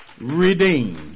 redeemed